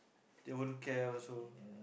they won't care also